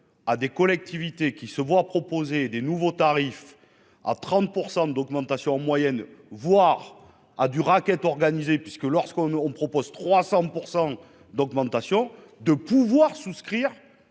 à des collectivités qui se voient proposer des nouveaux tarifs à 30% d'augmentation en moyenne voire à du racket organisé puisque lorsqu'on nous on propose 300% d'augmentation de pouvoir souscrire